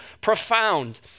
profound